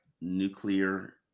Nuclear